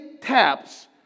taps